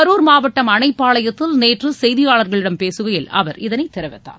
கரூர் மாவட்டம் அணைப்பாளையத்தில் நேற்று செய்தியாளர்களிடம் பேசுகையில் அவர் இதனை கெரிவிக்கார்